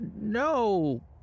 no